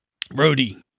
roadie